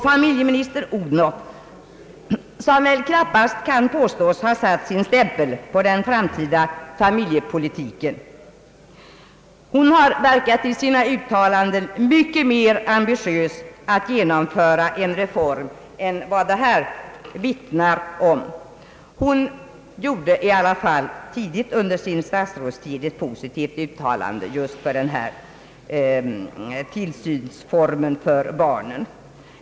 Familjeminister Odhnoff, som väl knappast kan påstås ha satt sin stämpel på den framtida familjepolitiken, har i sina uttalanden verkat mycket mer ambitiös att genomföra en reform än vad det här resultatet vittnar om. Hon gjorde i alla fall tidigt under sin statsrådstid ett positivt uttalande just för den här formen av barntillsyn.